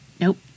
Nope